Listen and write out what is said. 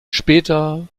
später